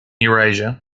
eurasia